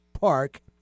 Park